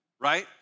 right